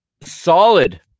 solid